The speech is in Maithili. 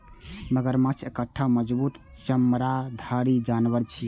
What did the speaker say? मगरमच्छ एकटा मजबूत चमड़ाधारी जानवर छियै